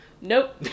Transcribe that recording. Nope